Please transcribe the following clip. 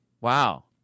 Wow